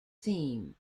theme